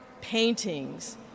paintings